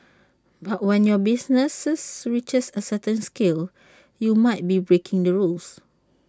but when your business reaches A certain scale you might be breaking the rules